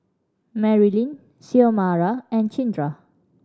Merlyn Xiomara and Cinda